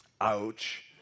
Ouch